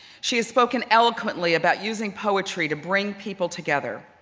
she has spoken eloquently about using poetry to bring people together.